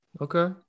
Okay